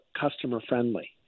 customer-friendly